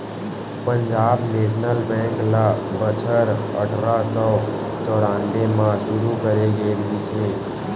Punjab national bank ल बछर अठरा सौ चौरनबे म सुरू करे गे रिहिस हे